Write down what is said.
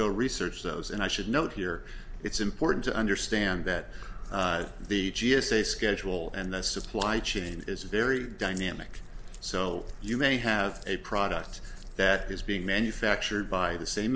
go research those and i should note here it's important to understand that the g s a schedule and the supply chain is very dynamic so you may have a product that is being manufactured by the same